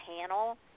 panel